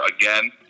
again